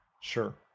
Sure